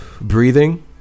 breathing